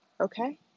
Okay